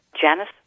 Janice